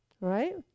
Right